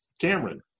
Cameron